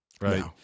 right